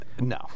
No